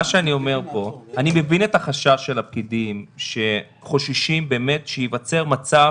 אני מבין את החשש של הפקידים שייווצר מצב